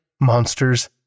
monsters